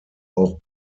auch